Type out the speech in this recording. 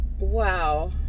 Wow